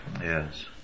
Yes